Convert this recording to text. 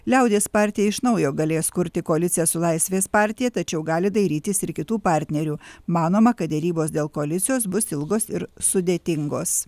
liaudies partija iš naujo galės kurti koaliciją su laisvės partija tačiau gali dairytis ir kitų partnerių manoma kad derybos dėl koalicijos bus ilgos ir sudėtingos